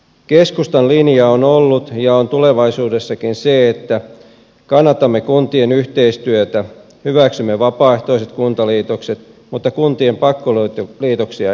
keskustan linja on ollut ja on tulevaisuudessakin se että kannatamme kuntien yhteistyötä hyväksymme vapaaehtoiset kuntaliitokset mutta kuntien pakkoliitoksia emme hyväksy